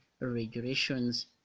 regulations